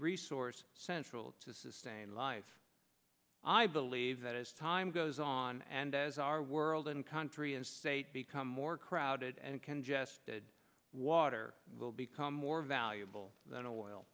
resource central to sustain life i leave that as time goes on and as our world and country and state become more crowded and congested water will become more valuable than